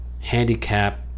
handicap